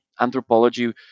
Anthropology